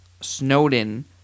Snowden